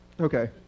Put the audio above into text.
Okay